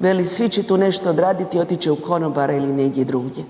veli će svi tu nešto odraditi ili otići će u konobare ili negdje drugdje.